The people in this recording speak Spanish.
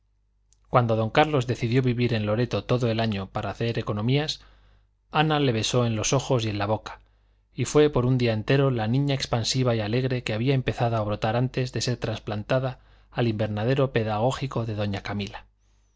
cuando don carlos decidió vivir en loreto todo el año para hacer economías ana le besó en los ojos y en la boca y fue por un día entero la niña expansiva y alegre que había empezado a brotar antes de ser trasplantada al invernadero pedagógico de doña camila